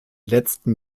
letzten